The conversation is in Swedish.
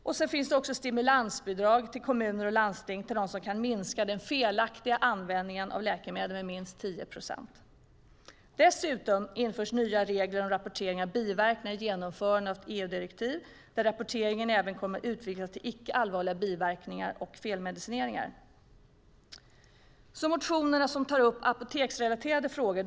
Sedan finns stimulansbidrag till de kommuner och landsting som kan minska den felaktiga användningen av läkemedel med minst 10 procent. Dessutom införs nya regler om rapportering av biverkningar - genomförande av ett EU-direktiv - där rapporteringen kommer att utvidgas till icke allvarliga biverkningar och felmedicineringar. Jag går över till motionerna som tar upp apoteksrelaterade frågor.